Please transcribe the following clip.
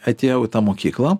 atėjau į tą mokyklą